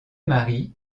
marie